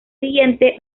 siguiente